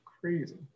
crazy